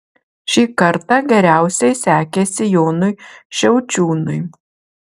šį kartą geriausiai sekėsi jonui šiaučiūnui